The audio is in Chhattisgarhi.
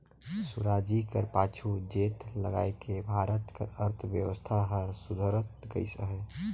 सुराजी कर पाछू चेत लगाएके भारत कर अर्थबेवस्था हर सुधरत गइस अहे